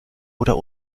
oder